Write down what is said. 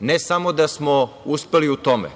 Ne samo da smo uspeli u tome,